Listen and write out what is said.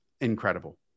incredible